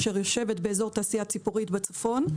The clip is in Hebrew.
אשר יושבת באזור תעשייה ציפורית בצפון,